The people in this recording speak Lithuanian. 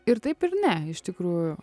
ir taip ir ne iš tikrųjų